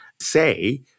say